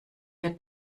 wir